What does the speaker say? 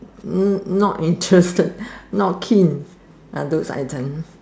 not interested not keen are those item